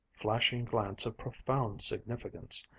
flashing glance of profound significance.